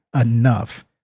enough